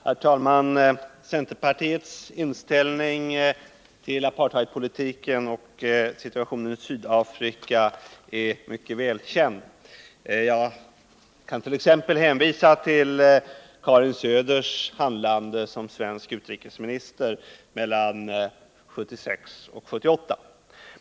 Herr talman! Centerpartiets inställning till apartheidpolitiken och situationen i Sydafrika är mycket väl känd. Jag kant.ex. hänvisa till Karin Söders handlande som svensk utrikesminister mellan åren 1976 och 1978.